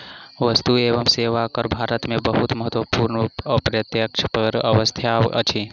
वस्तु एवं सेवा कर भारत में बहुत महत्वपूर्ण अप्रत्यक्ष कर व्यवस्था अछि